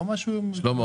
לא משהו --- שלמה,